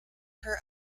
her